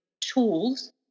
tools